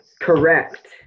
correct